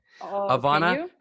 Avana